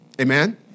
Amen